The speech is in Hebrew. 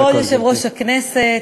כבוד יושב-ראש הכנסת,